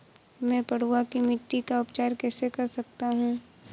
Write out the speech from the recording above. मैं पडुआ की मिट्टी का उपचार कैसे कर सकता हूँ?